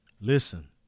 listen